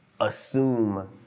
assume